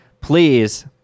please